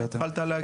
התחלת להגיד?